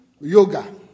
yoga